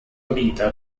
vita